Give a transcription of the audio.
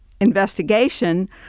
investigation